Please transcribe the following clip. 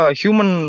human